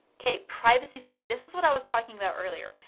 okay, privacy setting. this is what i was talking about earlier.